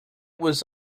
was